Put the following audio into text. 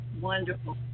wonderful